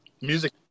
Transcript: Music